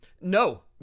No